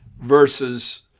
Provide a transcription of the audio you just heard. versus